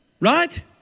Right